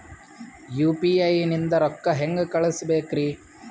UPI ನಿಂದ ರೊಕ್ಕ ಹೆಂಗ ಕಳಸಬೇಕ್ರಿ?